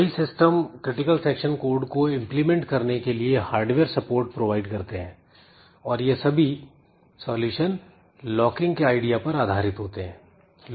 कई system critical section code को implement करने के लिए हार्डवेयर सपोर्ट प्रोवाइड करते हैं और यह सभी सॉल्यूशन लॉकिंग के आईडिया पर आधारित होते हैं